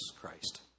Christ